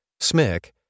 SMIC